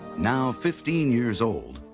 now fifteen years old,